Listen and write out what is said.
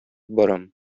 барам